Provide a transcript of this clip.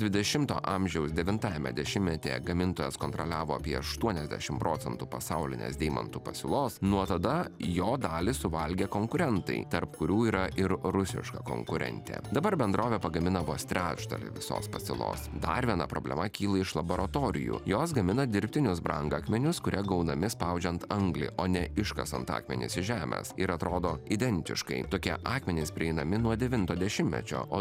dvidešimto amžiaus devintajame dešimtmetyje gamintojas kontroliavo apie aštuoniasdešim procentų pasaulinės deimantų pasiūlos nuo tada jo dalį suvalgė konkurentai tarp kurių yra ir rusiška konkurentė dabar bendrovė pagamina vos trečdalį visos pasiūlos dar viena problema kyla iš laboratorijų jos gamina dirbtinius brangakmenius kurie gaunami spaudžiant anglį o ne iškasant akmenis iš žemės ir atrodo identiškai tokie akmenys prieinami nuo devinto dešimtmečio o